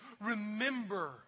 Remember